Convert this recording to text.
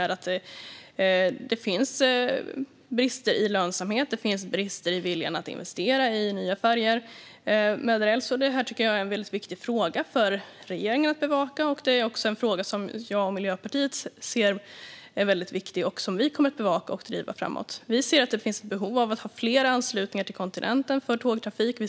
Det finns brister i lönsamhet och brister i viljan att investera i nya färjor med räls. Det är en väldigt viktig fråga för regeringen att bevaka. Det är också en fråga som jag och Miljöpartiet ser som väldigt viktig och som vi kommer att bevaka och driva framåt. Vi ser att det finns ett behov av att ha flera anslutningar till kontinenten för tågtrafiken.